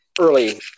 early